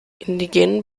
indigenen